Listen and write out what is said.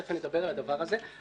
תיכף אני אדבר על הדבר הזה.